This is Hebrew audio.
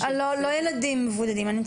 ההורה הכי